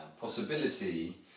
possibility